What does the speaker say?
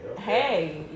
hey